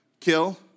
kill